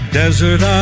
desert